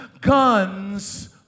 guns